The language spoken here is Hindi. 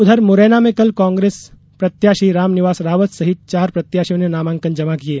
उधर मुरैना में कल कांग्रेस प्रत्याशी रामनिवास रावत सहित चार प्रत्याशियों ने नामांकन जमा किये